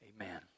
Amen